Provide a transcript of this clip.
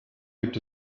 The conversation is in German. gibt